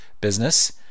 business